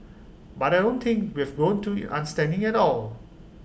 but I don't think we've grown to in understanding at all